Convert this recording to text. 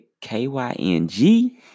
K-Y-N-G